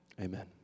Amen